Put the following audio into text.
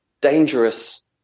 dangerous